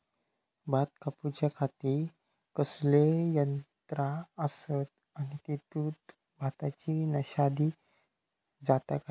भात कापूच्या खाती कसले यांत्रा आसत आणि तेतुत भाताची नाशादी जाता काय?